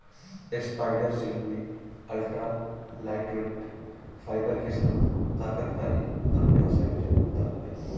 spider silk में ultra lightweight fibre के साथ ताकत का एक अनूठा संयोजन होता है